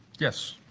yes.